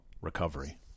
recovery